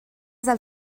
del